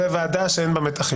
זו ועדה שאין בה מתחים...